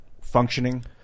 functioning